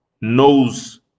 knows